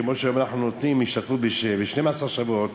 כמו שאנחנו נותנים השתתפות ב-12 שבועות,